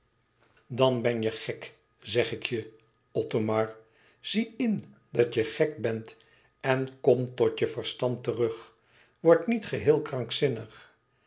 dan ben je gek zeg ik je othomar zie in dat je gek bent en kom tot je verstand terug word niet geheel krankzinnig